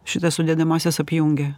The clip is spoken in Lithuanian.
šitas sudedamąsias apjungia